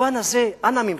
במובן הזה, אנא ממך,